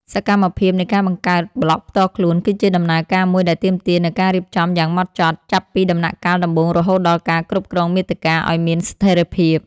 សកម្មភាពនៃការបង្កើតប្លក់ផ្ទាល់ខ្លួន គឺជាដំណើរការមួយដែលទាមទារនូវការរៀបចំយ៉ាងហ្មត់ចត់ ចាប់ពីដំណាក់កាលដំបូងរហូតដល់ការគ្រប់គ្រងមាតិកាឱ្យមានស្ថេរភាព។